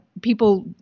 people